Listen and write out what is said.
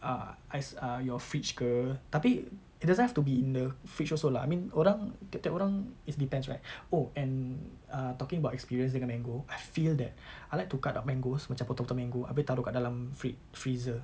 uh as uh your fridge ke tapi it doesn't have to be in the fridge also lah I mean orang tiap-tiap orang it depends right oh and err talking about experience dengan mango I feel that I like to cut up mangoes macam potong-potong mango habis taruh dekat dalam free~ freezer